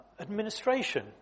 administration